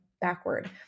backward